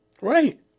Right